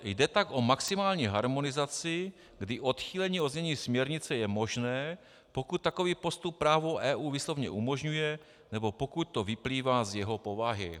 Jde tak o maximální harmonizaci, kdy odchýlení od znění směrnice je možné, pokud takový postup právo EU výslovně umožňuje nebo pokud to vyplývá z jeho povahy.